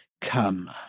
come